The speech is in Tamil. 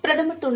பிரதமர் திரு